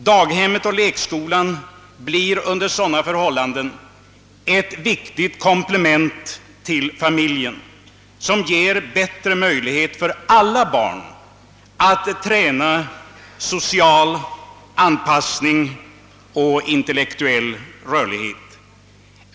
Daghemmet och lekskolan blir under sådana förhållanden ett viktigt komplement till familjen och ger bättre möjlighet för alla barn att träna social anpass ning och intellektuell rörlighet.